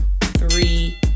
three